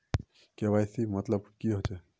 KYC मतलब की होचए?